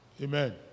Amen